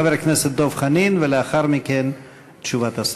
חבר הכנסת דב חנין, ולאחר מכן תשובת השר.